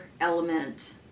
element